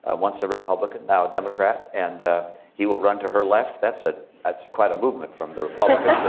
ah once a republican, now a democrat. and he will run to her left. that's ah that's quite a movement from the republican.